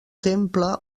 temple